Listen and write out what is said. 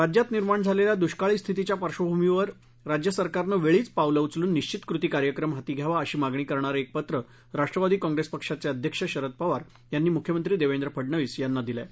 राज्यात निर्माण झालेल्या दृष्काळी स्थितीच्या पार्श्वभूमीवर राज्य सरकारनं वेळीच पावलं उचलून निश्वित कृती कार्यक्रम हाती घ्यावा अशी मागणी करणारं एक पत्र राष्ट्रवादी कॉंग्रेस पक्षाचे अध्यक्ष शरद पवार यांनी मुख्यमंत्री देवेंद्र फडनवीस यांना दिलं आहे